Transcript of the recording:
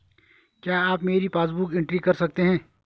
क्या आप मेरी पासबुक बुक एंट्री कर सकते हैं?